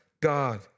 God